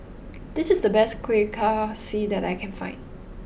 this is the best Kuih Kaswi that I can find